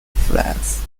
flats